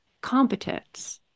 competence